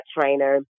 trainer